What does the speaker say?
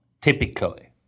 typically